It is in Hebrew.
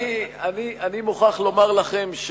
אני מוכרח לומר לכם,